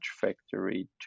factory